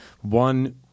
one